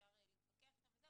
אפשר להתווכח איתם וזה,